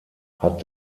hat